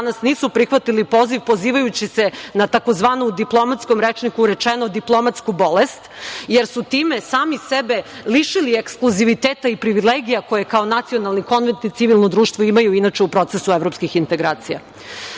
danas nisu prihvatili poziv, pozivajući se na tzv, diplomatskim rečnikom rečeno, diplomatsku bolest, jer su time sami sebe lišili ekskluziviteta i privilegija koje kao nacionalni konvent i civilno društvo imaju u procesu evropskih integracija. Što